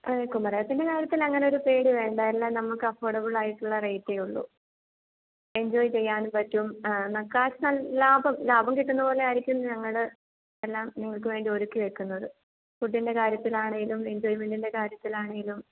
ആ കുമരകത്തിൻ്റെ കാര്യത്തിൽ അങ്ങനെ ഒരു പേടി വേണ്ട എല്ലാം നമുക്ക് അഫഫോർഡബൾ ആയിട്ടുള്ള റേയ്റ്റേ ഉള്ളു എൻജോയ് ചെയ്യാനും പറ്റും കാഷ് ന ലാഭം ലാഭം കിട്ടുന്നപോലെ ആയിരിക്കും ഞങ്ങളുടെ എല്ലാം നിങ്ങൾക്ക് വേണ്ടി ഒരുക്കി വെയ്ക്കുന്നത് ഫുഡിൻ്റെ കാര്യത്തിൽ ആണെലും എൻജോയിമെൻ്റിൻ്റെ കാര്യത്തിൽ ആണെലും